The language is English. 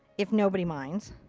if nobody minds.